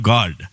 God